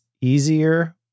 easier